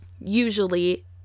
usually